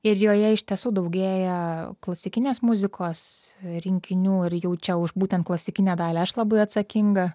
ir joje iš tiesų daugėja klasikinės muzikos rinkinių ir jau čia už būtent klasikinę dalį aš labai atsakinga